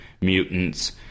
mutants